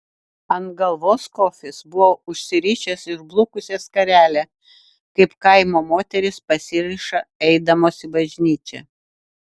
ant galvos kofis buvo užsirišęs išblukusią skarelę kaip kaimo moterys pasiriša eidamos į bažnyčią